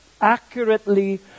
accurately